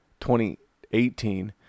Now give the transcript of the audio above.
2018